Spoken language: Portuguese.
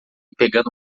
pegando